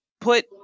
put